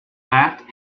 left